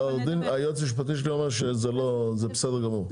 היועץ המשפטי שלי אומר שזה בסדר גמור.